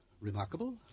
Remarkable